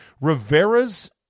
Rivera's